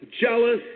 jealous